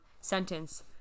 sentence